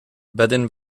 baden